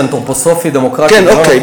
יש אנתרופוסופי, דמוקרטי, זה לא נכון.